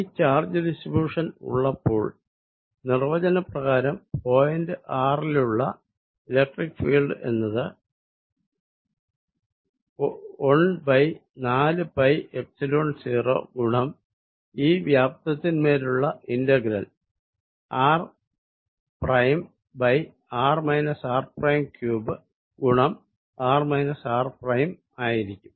ഈ charge distribution ഉള്ളപ്പോൾ നിർവചനപ്രകാരം പോയിന്റ് r ലുള്ള ഇലക്ട്രിക്ക് ഫീൽഡ് എന്നത് 1നാല് പൈ എപ്സിലോൺ 0 ഗുണം ഈ വ്യാപ്തത്തിന്മേലുള്ള ഇന്റഗ്രൽ r|r r|3 ഗുണം r r' ആയിരിക്കും